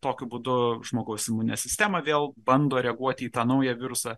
tokiu būdu žmogaus imuninė sistema vėl bando reaguoti į tą naują virusą